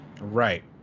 right